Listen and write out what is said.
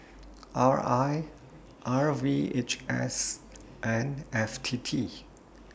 R I R V H S and F T T